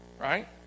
right